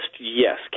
yes